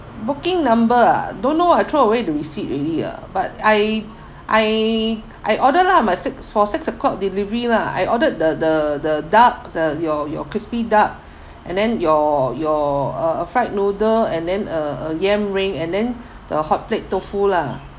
booking number ah don't know ah throw away the receipt already ah but I I I ordered lah my six for six o'clock delivery lah I ordered the the the duck the your your crispy duck and then your your uh a fried noodle and then uh a yam ring and then the hotplate tofu lah